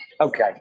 Okay